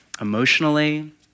Emotionally